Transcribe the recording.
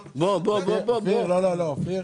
אני אפילו לא יודע שהם לא מקבלים.